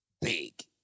big